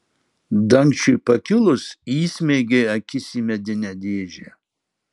dangčiui pakilus įsmeigė akis į medinę dėžę